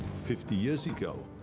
fifty years ago,